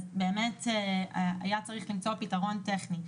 אז באמת היה צריך למצוא פתרון טכני.